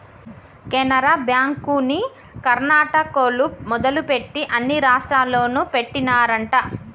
కెనరా బ్యాంకుని కర్ణాటకోల్లు మొదలుపెట్టి అన్ని రాష్టాల్లోనూ పెట్టినారంట